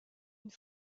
une